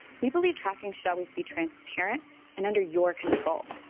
we believe tracking should always be transparent and under your control.